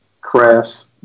crafts